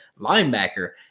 linebacker